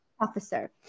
officer